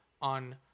on